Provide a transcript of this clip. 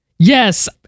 Yes